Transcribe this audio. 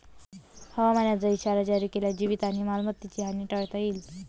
हवामानाचा इशारा जारी केल्यास जीवित आणि मालमत्तेची हानी टाळता येईल